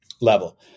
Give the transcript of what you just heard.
level